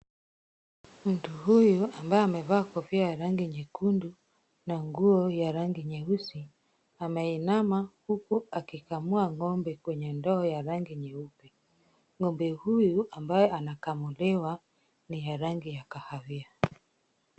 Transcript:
Mtu huyu ambaye amevaa kofia ya rangi nyekundu na nguo ya rangi nyeusi ameinama huku akikamua ng'ombe kwenye ndoo ya rangi nyeupe. Ng'ombe huyu ambaye anakamuliwa ni wa rangi ya kahawia.